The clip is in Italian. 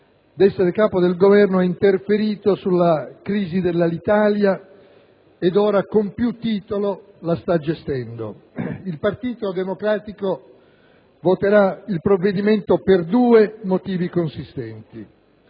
essere capo del Governo, ha interferito sulla crisi dell'Alitalia e ora, con più titolo, la sta gestendo. Il Partito Democratico voterà il provvedimento per due motivi consistenti: